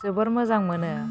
जोबोर मोजां मोनो